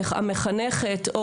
המחנכת,